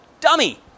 Dummy